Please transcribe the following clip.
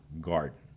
garden